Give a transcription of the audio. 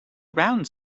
around